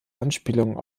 anspielungen